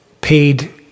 paid